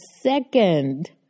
second